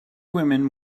women